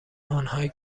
آنهایی